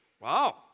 Wow